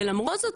ולמרות זאת,